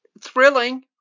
thrilling